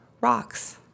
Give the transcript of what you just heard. rocks